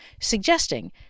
suggesting